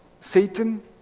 Satan